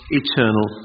eternal